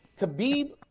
Khabib